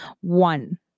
One